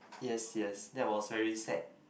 yes yes that was very sad